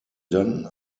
dann